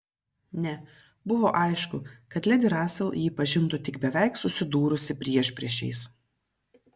ne buvo aišku kad ledi rasel jį pažintų tik beveik susidūrusi priešpriešiais